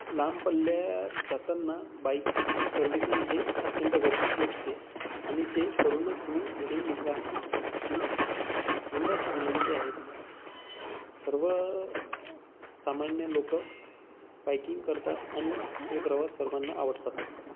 लांब पल्ल्यात जाताना बाईकची सर्व्हिसिंग हे अत्यंत गरजेची असते आणि ते करूनच तुम्ही घरून निघा ही नम्राची विनंती आहे तुम्हाला सर्व सामान्य लोकं बाईकिंग करतात आणि हे प्रवास सर्वांना आवडतात